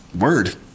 word